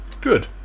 Good